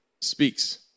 speaks